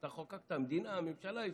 אתה חוקקת, הממשלה הביאה.